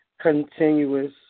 continuous